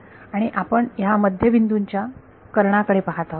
आणि आपण ह्या मध्य बिंदूंच्या कर्णा कडे पाहत आहात